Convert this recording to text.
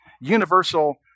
universal